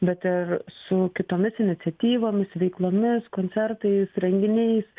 bet ir su kitomis iniciatyvomis veiklomis koncertais renginiais